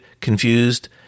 confused